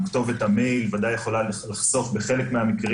כתובת המייל ודאי יכולה לחשוף בחלק מהמקרים